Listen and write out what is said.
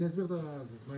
אני אסביר מה יש.